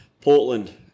Portland